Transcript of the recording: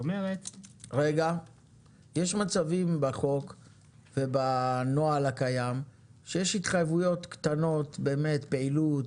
יש מצבים בחוק ובנוהל הקיים שיש התחייבויות קטנות פעילות,